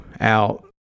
out